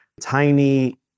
tiny